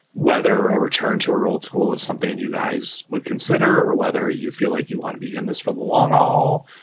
whether a return to her old school is something you guys would consider or whether you feel like you want to be in this for the long haul,